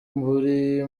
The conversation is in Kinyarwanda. buri